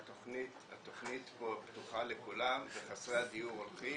התכנית פה פתוחה לכולם וחסרי הדיור הולכים